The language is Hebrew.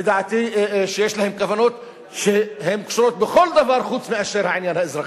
שלדעתי יש להם כוונות שהן קשורות בכל דבר חוץ מאשר העניין האזרחי.